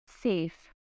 safe